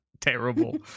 terrible